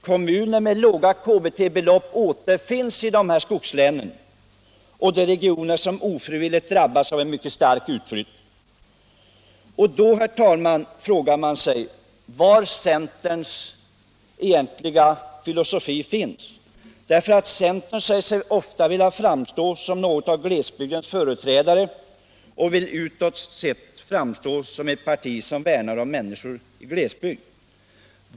Kommuner med låga KBT-belopp återfinns ofta i skogslänen och i de regioner som ofrivilligt drabbats av en mycket stark utflyttning. Man frågar sig i detta sammanhang vad som är centerns egentliga filosofi. Centern säger sig nämligen ofta vilja vara något av glesbygdernas företrädare och vill utåt sett framstå som ett parti, som värnar om människor i glesbygd.